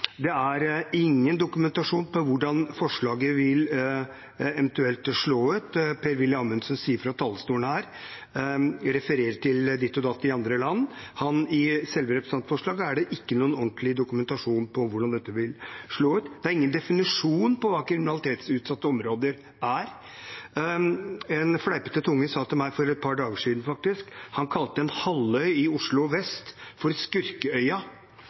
det hele tatt. Det er ingen dokumentasjon på hvordan forslaget eventuelt vil slå ut. Per-Willy Amundsen sier fra talerstolen at han refererer til ditt og datt i andre land. I selve representantforslaget er det ikke noen ordentlig dokumentasjon på hvordan dette vil slå ut. Det er ingen definisjon på hva kriminalitetsutsatte områder er. En fleipete tunge sa faktisk til meg for et par dager siden at han kalte en halvøy i Oslo Vest for